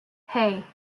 hey